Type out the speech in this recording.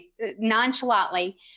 nonchalantly